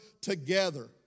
Together